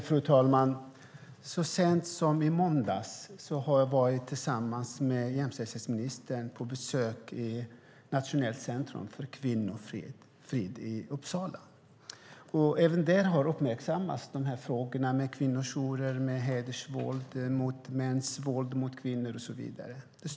Fru talman! Så sent som i måndags besökte jag tillsammans med jämställdhetsministern Nationellt centrum för kvinnofrid i Uppsala. Även där har dessa frågor om kvinnojourer, hedersvåld och mäns våld mot kvinnor och så vidare uppmärksammats.